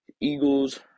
Eagles